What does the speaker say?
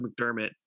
mcdermott